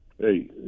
Hey